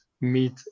meet